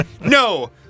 No